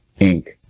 inc